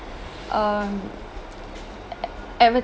um